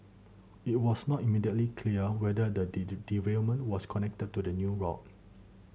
it was not immediately clear whether the derailment was connected to the new route